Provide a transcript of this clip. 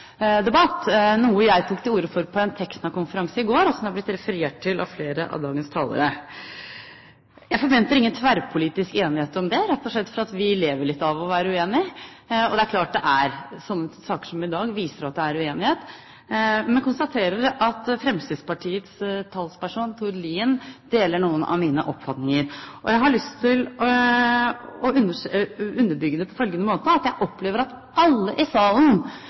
noe jeg tok til orde for på en Tekna-konferanse i går, og som det har blitt referert til av flere av dagens talere. Jeg forventer ingen tverrpolitisk enighet om dette, rett og slett fordi vi lever litt av å være uenig, og det er klart at sånne saker som i dag, viser at det er uenighet. Men jeg konstaterer at Fremskrittspartiets talsperson, Tord Lien, deler noen av mine oppfatninger. Jeg har lyst til å underbygge det på følgende måte: Jeg opplever at alle i salen,